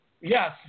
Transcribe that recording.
Yes